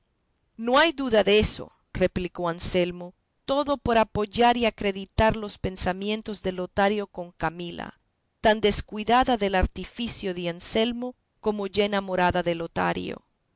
no hay duda deso replicó anselmo todo por apoyar y acreditar los pensamientos de lotario con camila tan descuidada del artificio de anselmo como ya enamorada de lotario